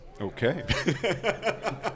Okay